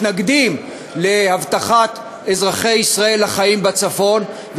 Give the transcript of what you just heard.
מתנגדים לאבטחת אזרחי ישראל החיים בצפון.